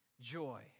joy